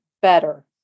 better